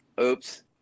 oops